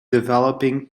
developing